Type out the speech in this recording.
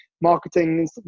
marketing